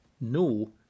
no